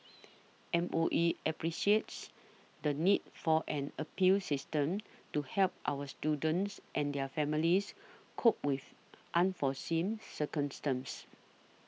M O E appreciates the need for an appeals system to help our students and their families cope with unforeseen circumstances